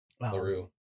LaRue